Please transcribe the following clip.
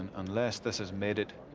unless this is made it